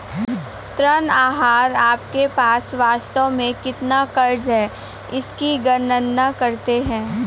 ऋण आहार आपके पास वास्तव में कितना क़र्ज़ है इसकी गणना करते है